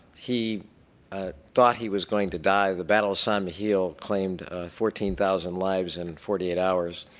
he ah thought he was going to die the battle of simon hill claimed fourteen thousand lives in forty eight hours,